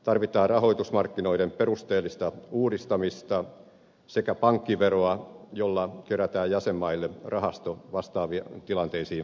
tarvitaan rahoitusmarkkinoiden perusteellista uudistamista sekä pankkiveroa jolla kerätään jäsenmaille rahasto vastaaviin tilanteisiin varautumiseksi